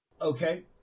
Okay